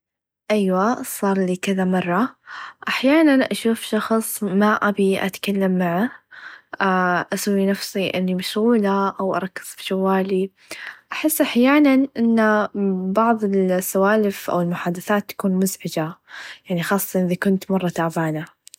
أيوا صارلي كذا مره احيانا اشوف شخص ما ابي اتكلم معاه اسوي نفسي اني مشغوله او اركز في چوالي احس احيانا ان بعض السوالف او المحادثات تكون مزعجه يعني خاصتا اذا كنت مره تعبانه.